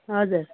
हजुर